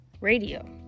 Radio